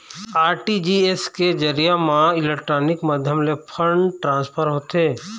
RTGS के जरिए म इलेक्ट्रानिक माध्यम ले फंड ट्रांसफर होथे